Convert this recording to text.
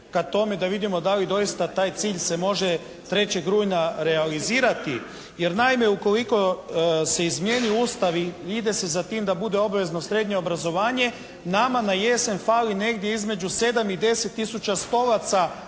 da vidimo da li doista taj cilj se može 3. rujna realizirati. Jer naime ukoliko se izmijeni Ustav i ide se za tim da bude obavezno srednje obrazovanje, nama na jesen fali negdje između 7 i 10 tisuća stolaca